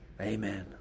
Amen